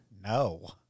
No